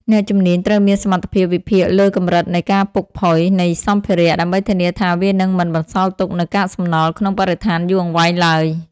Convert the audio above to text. អ្នកជំនាញត្រូវមានសមត្ថភាពវិភាគលើកម្រិតនៃការពុកផុយ នៃសម្ភារៈ ដើម្បីធានាថាវានឹងមិនបន្សល់ទុកនូវកាកសំណល់ក្នុងបរិស្ថានយូរអង្វែងឡើយ។